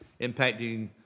impacting